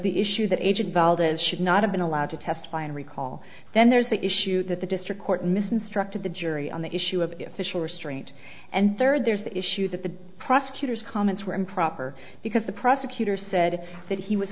the issue that agent valdez should not have been allowed to testify and recall then there's the issue that the district court mysen struck to the jury on the issue of official restraint and third there's the issue that the prosecutor's comments were improper because the prosecutor said that he was